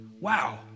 Wow